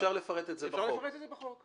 אז אפשר לפרט את זה בחוק.